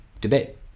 debate